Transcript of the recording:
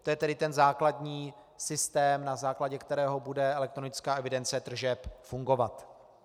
To je tedy ten základní systém, na základě kterého bude elektronická evidence tržeb fungovat.